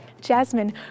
Jasmine